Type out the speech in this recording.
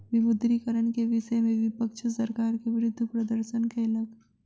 विमुद्रीकरण के विषय में विपक्ष सरकार के विरुद्ध प्रदर्शन कयलक